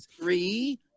Three